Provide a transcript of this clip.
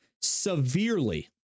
Severely